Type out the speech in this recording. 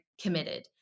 committed